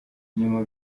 nyuma